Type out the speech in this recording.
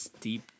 deep